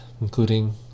Including